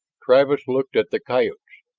travis looked at the coyotes.